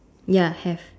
ya have